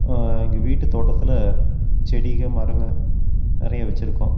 எங்கள் வீட்டுத் தோட்டத்தில் செடிகள் மரங்கள் நிறைய வச்சிருக்கோம்